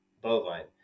bovine